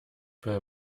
bei